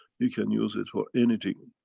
we can use it for anything.